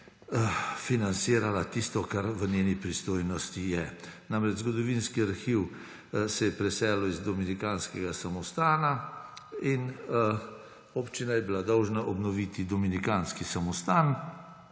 financirala tisto, kar v njeni pristojnosti je. Namreč, zgodovinski arhiv se je preselil iz dominikanskega samostana in občina je bila dolžna obnoviti dominikanski samostan.